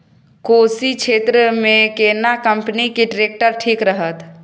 कोशी क्षेत्र मे केना कंपनी के ट्रैक्टर ठीक रहत?